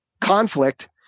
conflict